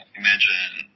imagine